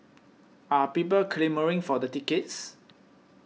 are people clamouring for the tickets